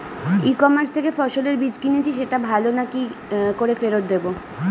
ই commerce থেকে ফসলের বীজ কিনেছি সেটা ভালো না কি করে ফেরত দেব?